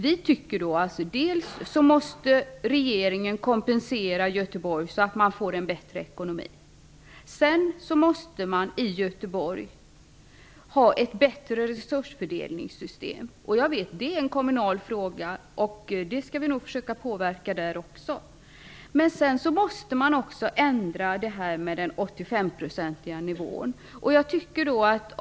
Vi tycker att regeringen måste kompensera Göteborg så att man får en bättre ekonomi. Sedan måste man ha ett bättre resursfördelningssystem i Göteborg. Jag vet att det är en kommunal fråga. Vi skall nog försöka påverka där också. Sedan måste också nivån på 85 % ändras.